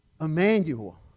Emmanuel